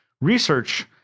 research